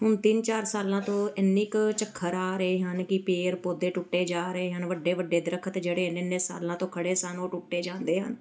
ਹੁਣ ਤਿੰਨ ਚਾਰ ਸਾਲਾਂ ਤੋਂ ਇੰਨੀ ਕੁ ਝੱਖਰ ਆ ਰਹੇ ਹਨ ਕਿ ਪੇੜ ਪੌਦੇ ਟੁੱਟੇ ਜਾ ਰਹੇ ਹਨ ਵੱਡੇ ਵੱਡੇ ਦਰਖਤ ਜਿਹੜੇ ਇੰਨੇ ਇੰਨੇ ਸਾਲਾਂ ਤੋਂ ਖੜ੍ਹੇ ਸਨ ਉਹ ਟੁੱਟੇ ਜਾਂਦੇ ਆ